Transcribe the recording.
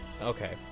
Okay